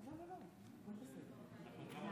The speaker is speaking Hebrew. הכול בסדר.